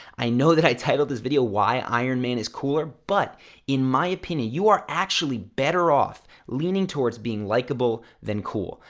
i know that i titled this video why iron man is cooler? but in my opinion, you are actually better off leaning towards being likable than cool.